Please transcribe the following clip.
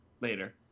later